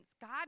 God